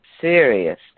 serious